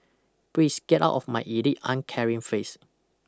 please get out of my elite uncaring face